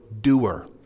doer